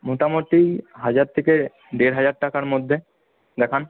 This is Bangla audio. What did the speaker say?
মোটামোটি হাজার থেকে দেড় হাজার টাকার মধ্যে দেখান